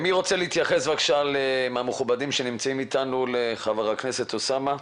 מי מהמכובדים שנמצא איתנו רוצה להתייחס לחבר הכנסת אוסאמה?